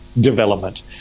development